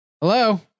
Hello